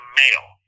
male